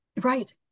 Right